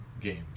game